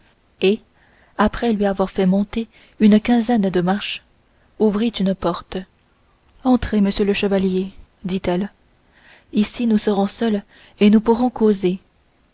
et après lui avoir fait monter une quinzaine de marches ouvrit une porte entrez monsieur le chevalier dit-elle ici nous serons seuls et nous pourrons causer